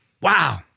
Wow